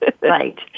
Right